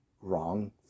wrong